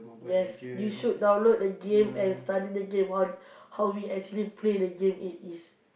yes you should download the game and study the game while how we actually play the game it is